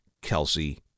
Kelsey